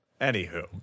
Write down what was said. Anywho